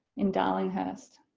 in darlinghurst.